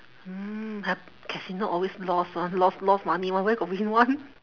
mm hap~ casino always lost [one] lost lost money [one] where got win [one]